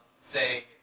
say